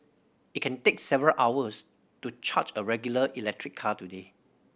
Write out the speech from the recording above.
it can take several hours to charge a regular electric car today